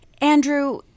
Andrew